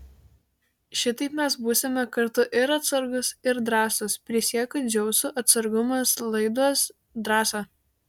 šitaip mes būsime kartu ir atsargūs ir drąsūs prisiekiu dzeusu atsargumas laiduos drąsą